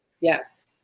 Yes